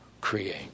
create